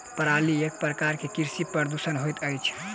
पराली एक प्रकार के कृषि प्रदूषण होइत अछि